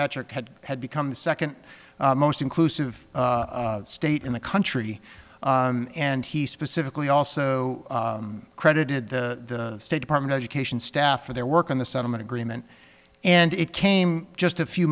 metric had had become the second most inclusive state in the country and he specifically also credited the state department education staff for their work on the settlement agreement and it came just a few